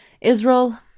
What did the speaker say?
Israel